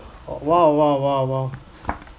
!wow! !wow! !wow! !wow!